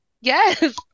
Yes